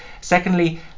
secondly